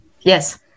Yes